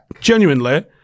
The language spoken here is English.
genuinely